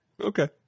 Okay